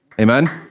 Amen